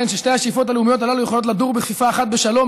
ששתי השאיפות הלאומיות הללו יכולות לדור בכפיפה אחת בשלום,